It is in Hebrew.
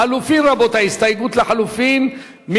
לחלופין, רבותי, הסתייגות לחלופין.